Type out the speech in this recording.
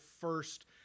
first